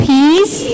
Peace